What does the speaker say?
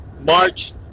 March